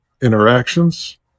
interactions